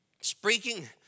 speaking